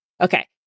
Okay